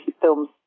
films